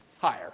higher